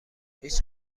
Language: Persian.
هیچ